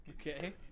Okay